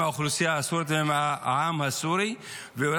האוכלוסייה הסורית ועם העם הסורי -- איפה יש כיבוש?